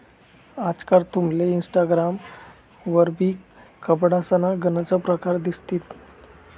आजकाल तुमले इनस्टाग्राम वरबी कपडासना गनच परकार दिसतीन